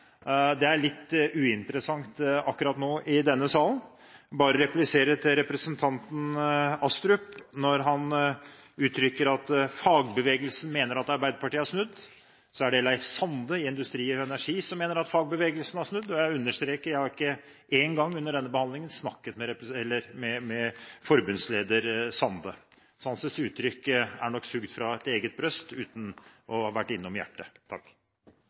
det er litt uinteressant i denne salen akkurat nå. Jeg vil bare replisere til representanten Astrup. Når han uttrykker at fagbevegelsen mener at Arbeiderpartiet har snudd, er det Leif Sande i Industri Energi som mener det. Jeg understreker: Jeg har ikke én gang under denne behandlingen snakket med forbundsleder Sande, så hans uttrykk er nok sugd fra eget bryst, uten å ha vært innom hjertet.